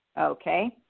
Okay